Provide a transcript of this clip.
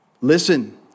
Listen